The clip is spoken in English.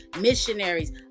missionaries